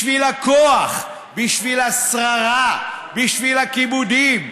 בשביל הכוח, בשביל השררה, בשביל הכיבודים.